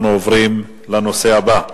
אנחנו עוברים לנושא הבא.